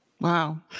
Wow